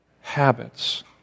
habits